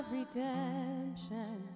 redemption